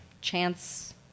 chance